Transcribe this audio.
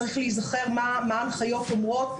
צריך להיזכר מה ההנחיות אומרות.